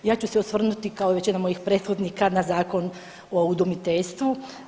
Ja ću se osvrnuti kao i većina mojih prethodnika na Zakon o udomiteljstvu.